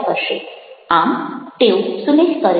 આમ તેઓ સુલેહ કરે છે